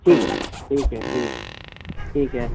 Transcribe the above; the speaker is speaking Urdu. ٹھیک ہے ٹھیک ہے ٹھیک ہے ٹھیک ہے